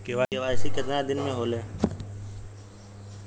KYC कितना दिन में होले?